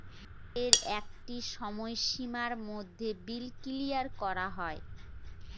বিলের একটা সময় সীমার মধ্যে বিল ক্লিয়ার করা হয়